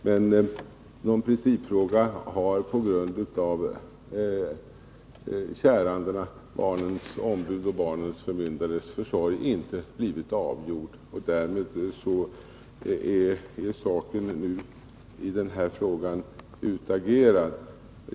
Men någon principfråga har på grund av kärandenas, barnens ombud och barnens förmyndares, försorg inte blivit avgjord, och därmed är saken nu utagerad.